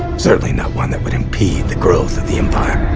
certainly not one that would impede the growth of the empire.